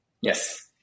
Yes